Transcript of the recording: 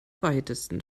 weitesten